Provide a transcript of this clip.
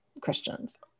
christians